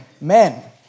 men